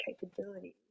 capabilities